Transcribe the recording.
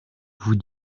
vous